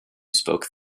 spoke